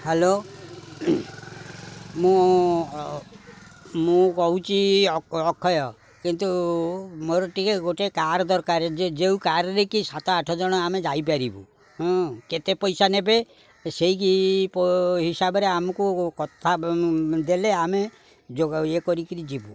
hello ମୁଁ ମୁଁ କହୁଛି ଅକ୍ଷୟ କିନ୍ତୁ ମୋର ଟିକେ ଗୋଟେ କାର ଦରକାରେ ଯେଉଁ କାରରେ କି ସାତ ଆଠ ଜଣ ଆମେ ଯାଇପାରିବୁ ହୁଁ କେତେ ପଇସା ନେବେ ସେଇ ହିସାବରେ ଆମକୁ କଥା ଦେଲେ ଆମେ ଯୋଗ ଇଏ କରିକିରି ଯିବୁ